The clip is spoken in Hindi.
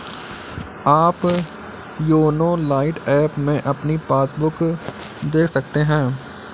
आप योनो लाइट ऐप में अपनी पासबुक देख सकते हैं